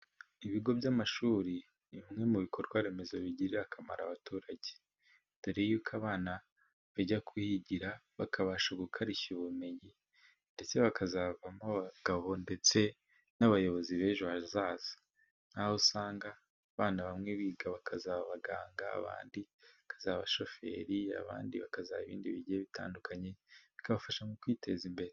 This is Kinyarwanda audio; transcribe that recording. Ibigo by'amashuri ni bimwe mu bikorwaremezo bigirira akamaro abaturage, dore ko abana bajya kuyigira bakabasha gukarishya ubumenyi, ndetse bakazavamo abagabo ndetse n'abayobozi b'ejo hazaza, nkaho usanga abana bamwe biga bakazaba abaganga, abandi bakazaba abashoferi, abandi bakazaba ibindi bigiye bitandukanye, bikabafasha mu kwiteza imbere.